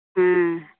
ᱦᱮᱸ